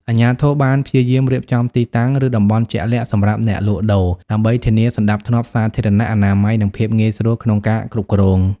អាជ្ញាធរបានព្យាយាមរៀបចំទីតាំង ឬ តំបន់ជាក់លាក់សម្រាប់អ្នកលក់ដូរ ដើម្បីធានាសណ្តាប់ធ្នាប់សាធារណៈ អនាម័យ និងភាពងាយស្រួលក្នុងការគ្រប់គ្រង ។